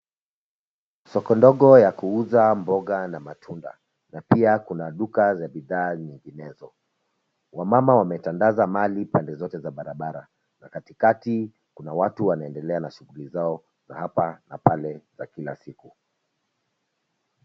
Soko ndogo ya kuuza mboga na matunda na pia kuna duka za bidhaa nyinginezo. Wamama wametandaza mali pande zote za barabara na katikati kuna watu wanaendelea na shughuli zao za hapa na pale za kila siku